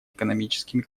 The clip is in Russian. экономическими